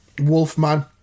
Wolfman